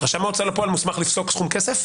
רשם ההוצאה לפועל מוסמך לפסוק סכום כסף?